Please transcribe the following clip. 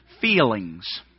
feelings